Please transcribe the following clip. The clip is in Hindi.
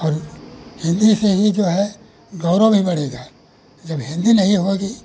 और हिन्दी से ही जो है गौरव भी बढ़ेगा जब हिन्दी नहीं होगी